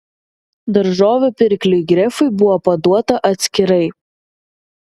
daržovių pirkliui grefui buvo paduota atskirai